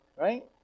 right